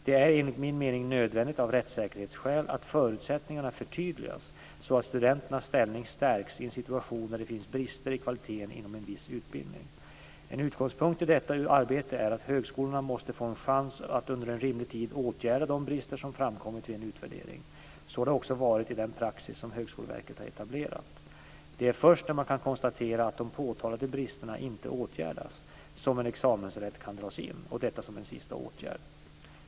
Det är enligt min mening nödvändigt av rättssäkerhetsskäl att förutsättningarna förtydligas så att studenternas ställning stärks i en situation när det finns brister i kvaliteten inom en viss utbildning. En utgångspunkt i detta arbete är att högskolorna måste få en chans att under en rimlig tid åtgärda de brister som framkommit vid en utvärdering. Så har det också varit i den praxis som Högskoleverket etablerat. Det är först när man kan konstatera att de påtalade bristerna inte åtgärdats som en examensrätt kan dras in, och detta som en sista åtgärd.